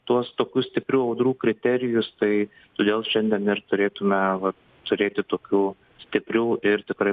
tuos tokius stiprių audrų kriterijus tai todėl šiandien ir turėtume turėti tokių stiprių ir tikrai